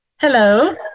Hello